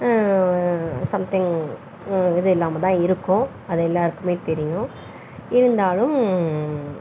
something ஒரு இது இல்லாமல் தான் இருக்கும் அது எல்லோருக்குமே தெரியும் இருந்தாலும்